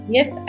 Yes